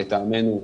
לטעמנו,